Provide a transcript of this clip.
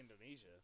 Indonesia